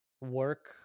work